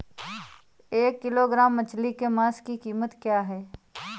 एक किलोग्राम मछली के मांस की कीमत क्या है?